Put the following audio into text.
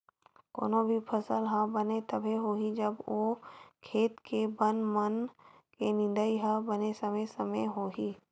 कोनो भी फसल ह बने तभे होही जब ओ खेत के बन मन के निंदई ह बने समे समे होही